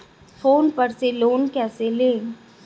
Phone पर से loan कैसे लें?